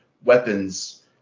Weapons